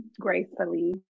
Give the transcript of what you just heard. gracefully